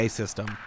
system